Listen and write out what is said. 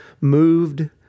moved